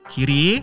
Kiri